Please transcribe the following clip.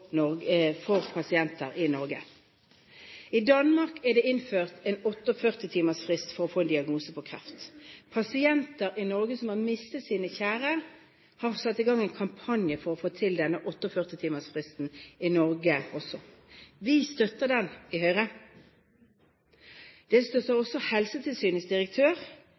pasienter i Norge. I Danmark er det innført en 48-timersfrist for å få en diagnose på kreft. Pårørende som har mistet sine kjære, har satt i gang en kampanje for å få til denne 48-timersfristen i Norge også. Vi støtter den i Høyre. Den støtter også